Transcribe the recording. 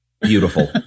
Beautiful